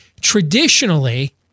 traditionally